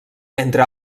entre